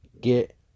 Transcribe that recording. Get